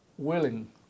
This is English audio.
willing